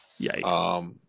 Yikes